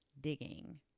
digging